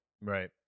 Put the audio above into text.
Right